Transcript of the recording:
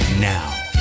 Now